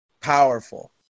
powerful